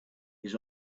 his